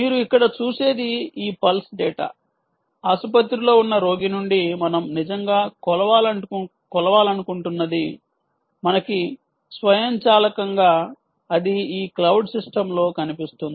మీరు ఇక్కడ చూసేది ఈ పల్స్ డేటా ఆసుపత్రిలో ఉన్న రోగి నుండి మనం నిజంగా కొలవాలనుకుంటున్నది మనకి స్వయంచాలకంగా అది ఈ క్లౌడ్ సిస్టమ్లో కనిపిస్తుంది